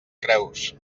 creus